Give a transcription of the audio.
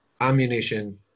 ammunition